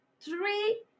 three